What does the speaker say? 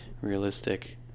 realistic